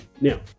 Now